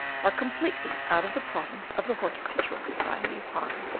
are completely out of the province of the horticultural society of haarlem.